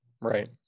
right